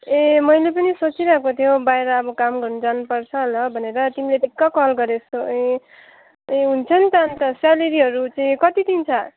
ए मैले पनि सोचिरहेको थिएँ हौ बाहिर अब काम गर्न जानुपर्छ होला भनेर तिमीले ठिक्क कल गरेछौ ए ए हुन्छ नि त अन्त सेलरीहरू चाहिँ कति दिन्छ